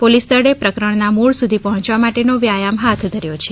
પોલીસદળે પ્રકરણના મૂળ સુધી પહોંચવા માટેનો વ્યાયામ હાથ ધર્યો છે